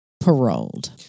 paroled